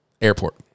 Airport